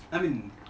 I mean